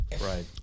Right